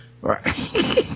Right